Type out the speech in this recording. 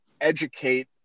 educate